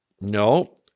No